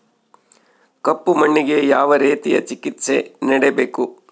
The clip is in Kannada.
ಕಪ್ಪು ಮಣ್ಣಿಗೆ ಯಾವ ರೇತಿಯ ಚಿಕಿತ್ಸೆ ನೇಡಬೇಕು?